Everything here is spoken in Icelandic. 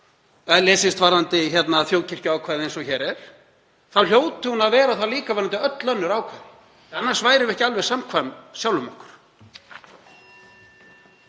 lesist varðandi þjóðkirkjuákvæðið eins og hér er, þá hljóti hún að vera það líka varðandi öll önnur ákvæði. Annars værum við ekki alveg samkvæm sjálfum okkur.